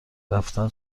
رفتن